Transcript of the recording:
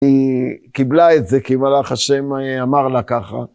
היא קיבלה את זה כי מלאך השם אמר לה ככה.